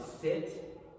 sit